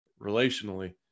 relationally